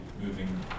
moving